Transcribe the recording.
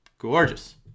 gorgeous